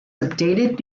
updated